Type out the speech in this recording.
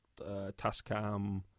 Tascam